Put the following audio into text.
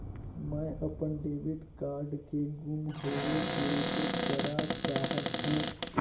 मैं अपन debit card के गुम होवे के रिपोर्ट करा चाहत हों